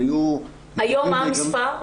היום מה המספר?